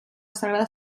sagrada